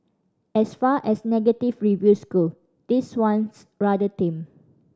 as far as negative reviews go this one's rather tame